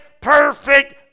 perfect